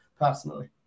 personally